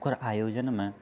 ओकर आयोजनमे